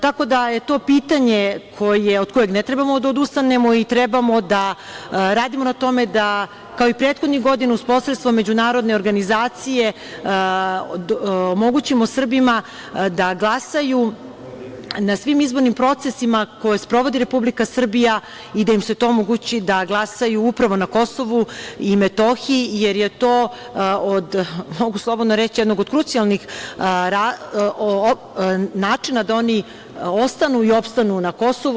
Tako da je to pitanje od kojeg ne treba da odustanemo i treba da radimo na tome da kao i prethodnih godina, uz posredstvo međunarodne organizacije, omogućimo Srbima da glasaju na svim izbornim procesima koje sprovodi Republika Srbija i da im se to omogući da glasaju upravo na KiM, jer je to, mogu slobodno reći, jedan od krucijalnih načina da oni ostanu i opstanu na Kosovu.